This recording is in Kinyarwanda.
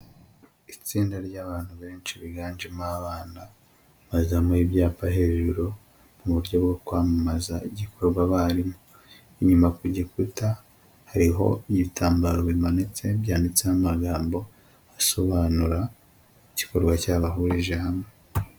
Itsinda ry'abantu benshi biganjemo abana, bazamuye ibyapa hejuru mu buryo bwo kwamamaza igikorwa barimo, inyuma ku gikuta hariho ibitambaro bimanitse byanditseho amagambo, asobanura igikorwa cyabahurije hamwe.